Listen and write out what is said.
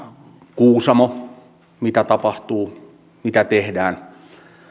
kuusamo mitä tapahtuu mitä tehdään